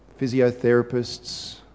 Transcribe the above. physiotherapists